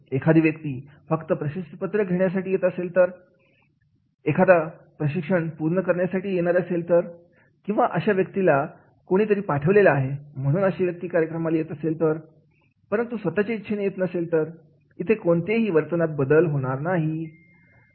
एखादी व्यक्ती फक्त प्रशस्तीपत्रक घेण्यासाठी येत असेल तर एखादा प्रशिक्षण पूर्ण करण्यासाठी येणार असेल तर किंवा अशा व्यक्तीला कोणीतरी पाठवलेला आहे म्हणून अशा प्रशिक्षण कार्यक्रमाला येत असेल तर परंतु स्वतःची इच्छेने येत नसेल तर इथे कोणताही वर्तनातील बदल होणार नाही